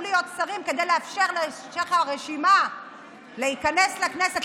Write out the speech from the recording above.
להיות שרים כדי לאפשר להמשך הרשימה להיכנס לכנסת,